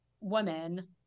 woman